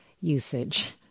usage